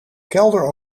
kelder